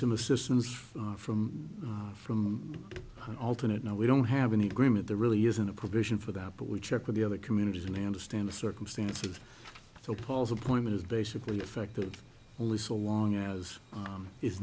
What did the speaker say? some assistance from from an alternate no we don't have any agreement there really isn't a provision for that but we checked with the other communities and they understand the circumstances so paul's appointment is basically affected only so long as